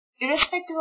irrespective